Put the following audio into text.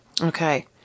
Okay